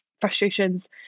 frustrations